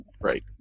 Right